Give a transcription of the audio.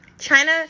China